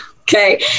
okay